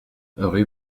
rue